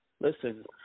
listen